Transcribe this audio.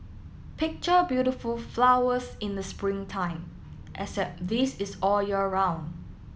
picture beautiful flowers in the spring time except this is all year round